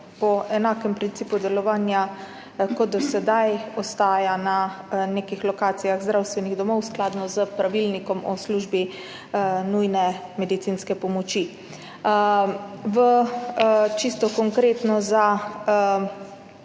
po enakem principu delovanja kot do sedaj ostaja na nekih lokacijah zdravstvenih domov v skladu s Pravilnikom o službi nujne medicinske pomoči. Čisto konkretno,